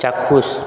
চাক্ষুষ